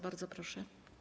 Bardzo proszę.